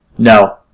no,